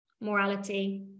morality